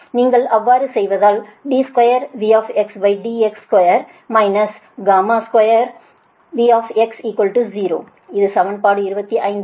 நீங்கள் அவ்வாறு செய்தால் d2Vdx2 2V 0 இது சமன்பாடு 25